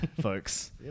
folks